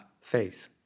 faith